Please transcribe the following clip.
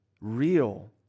real